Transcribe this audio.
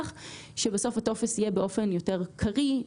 שבסוף הטופס יהיה באופן יותר קריא,